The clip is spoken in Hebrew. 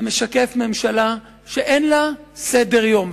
זה משקף ממשלה שאין לה סדר-יום.